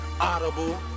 Audible